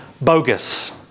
bogus